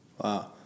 Wow